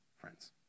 friends